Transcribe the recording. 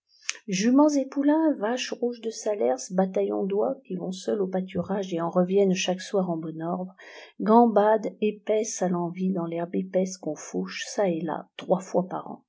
juments et poulains vaches rouges de salers bataillons d'oies qui vont seules au pâturage et en reviennent chaque soir en bon ordre gambadent et paissent à l'envi dans l'herbe épaisse qu'on fauche çà et là trois fois par an